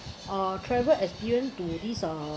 uh travel experience to this uh